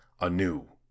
anew